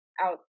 out